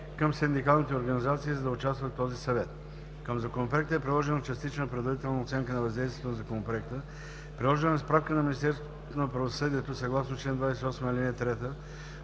към синдикалните организации, за да участват в този Съвет. Към Законопроекта е приложена частична предварителна оценка на въздействието на Законопроекта. Приложена е справка от Министерството на